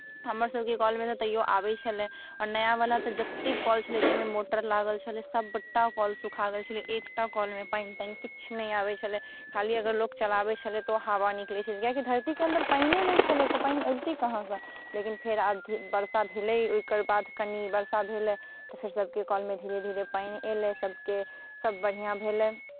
हमरसभके कलमे तऽ तैयो आबै छेलै आओर नयावला तऽ जतेक कल छलै जाहिमे मोटर लागल छलै सभटा कल सुखा गेल छलै एकटा कलमे पानि तानि किछु नहि आबै छलै खाली अगर लोक चलाबै छलै तऽ ओ हवा निकलै छलै किआकि धरतीके अंदर पानिए नहि छलै तऽ पानि अबितै कहाँसँ लेकिन फेर आब धी वर्षा भेलै ओकर बाद कनि वर्षा भेलै तऽ फेर सभके कलमे धीरे धीरे पानि एलै सभके सभ बढ़िआँ भेलै